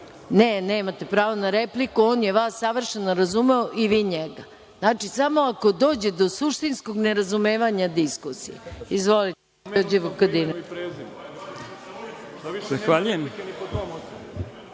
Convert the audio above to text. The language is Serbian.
nemate pravo na repliku. On je vas savršeno razumeo i vi njega. Znači, samo ako dođe do suštinskog nerazumevanja diskusije. Izvolite.